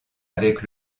avec